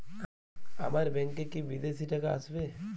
আমার ব্যংকে কি বিদেশি টাকা আসবে?